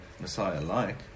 Messiah-like